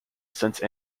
since